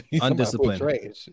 undisciplined